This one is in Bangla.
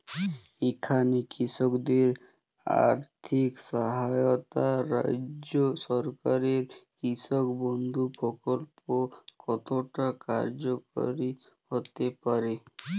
এখানে কৃষকদের আর্থিক সহায়তায় রাজ্য সরকারের কৃষক বন্ধু প্রক্ল্প কতটা কার্যকরী হতে পারে?